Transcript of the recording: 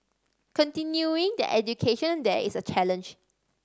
continuing their education there is a challenge